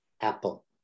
apple